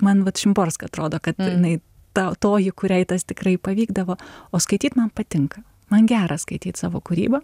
man vat šimborska atrodo kad jinai ta toji kuriai tas tikrai pavykdavo o skaityt man patinka man gera skaityt savo kūrybą